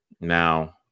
now